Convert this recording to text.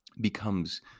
becomes